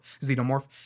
Xenomorph